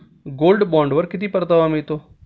Gold बॉण्डवर किती परतावा मिळतो?